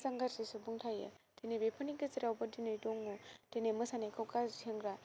मोजां गाज्रि सुबुं थायो दिनै बेफोरनि गेजेरावबो दिनै दङ दिनै मोसानायखौ गाज्रि होनग्रा